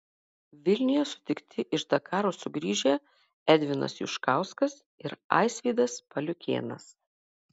vilniuje sutikti iš dakaro sugrįžę edvinas juškauskas ir aisvydas paliukėnas